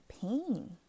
pain